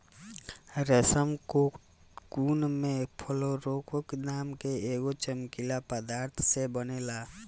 रेशम कोकून में फ्लोरोफोर नाम के एगो चमकीला पदार्थ से बनेला